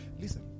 Listen